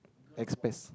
express